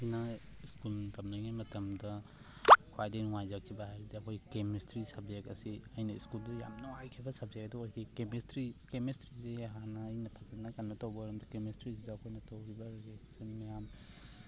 ꯑꯩꯅ ꯁ꯭ꯀꯨꯜ ꯇꯝꯂꯤꯉꯩ ꯃꯇꯝꯗ ꯈ꯭ꯋꯥꯏꯗꯩ ꯅꯨꯡꯉꯥꯏꯖꯈꯤꯕ ꯍꯥꯏꯕꯗꯤ ꯑꯩꯈꯣꯏꯒꯤ ꯀꯦꯃꯤꯁꯇ꯭ꯔꯤ ꯁꯕꯖꯦꯛ ꯑꯁꯤ ꯑꯩꯅ ꯁ꯭ꯀꯨꯜꯗꯨꯗ ꯌꯥꯝ ꯅꯨꯡꯉꯥꯏꯈꯤꯕ ꯁꯕꯖꯦꯛ ꯑꯗꯨ ꯑꯣꯏꯈꯤ ꯀꯦꯃꯦꯁꯇ꯭ꯔꯤ ꯀꯦꯃꯦꯁꯇ꯭ꯔꯤꯁꯦ ꯍꯥꯟꯅ ꯑꯩꯅ ꯐꯖꯅ ꯀꯩꯅꯣ ꯇꯧꯕ ꯀꯦꯃꯦꯁꯇ꯭ꯔꯤꯁꯤꯗ ꯑꯩꯈꯣꯏꯅ ꯇꯧꯈꯤꯕ ꯔꯤꯌꯦꯛꯁꯟ ꯃꯌꯥꯝ